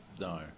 no